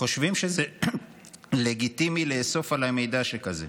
חושבים שזה לגיטימי לאסוף עליי מידע שכזה.